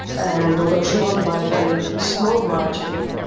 and although she won by a very small margin,